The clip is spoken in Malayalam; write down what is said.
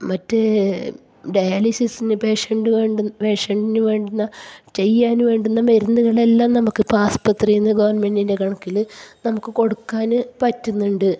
മറ്റ് ഡയാലിസിസിന് പേഷ്യൻ്റിന് വേണ്ടുന്ന ചെയ്യാൻ വേണ്ടുന്ന മരുന്നുകളെല്ലാം നമുക്കിപ്പം ആസ്പത്രിയിൽ നിന്ന് ഗവൺമെൻറ്റിൻ്റെ കണക്കിൽ നമുക്ക് കൊടുക്കാൻ പറ്റുന്നുണ്ട്